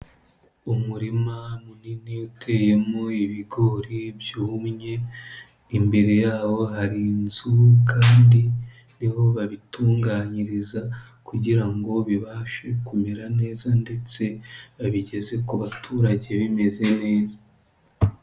Umurima munini uteyemo ibigori byumye imbere yawo hari inzu kandi ni ho babitunganyiriza kugira ngo bibashe kumera neza ndetse babigeze ku baturage bimeze neza.